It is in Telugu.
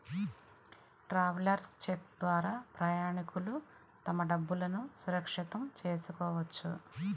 ట్రావెలర్స్ చెక్ ద్వారా ప్రయాణికులు తమ డబ్బులును సురక్షితం చేసుకోవచ్చు